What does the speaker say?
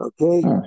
Okay